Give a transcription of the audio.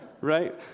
Right